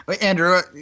Andrew